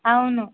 అవును